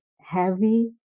heavy